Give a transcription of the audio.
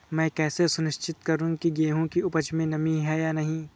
मैं कैसे सुनिश्चित करूँ की गेहूँ की उपज में नमी है या नहीं?